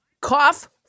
cough